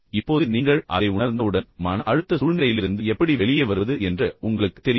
இப்போது நீங்கள் அதை உணர்ந்தவுடன் மன அழுத்த சூழ்நிலையிலிருந்து எப்படி வெளியே வருவது என்று உங்களுக்குத் தெரியுமா